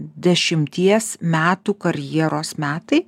dešimties metų karjeros metai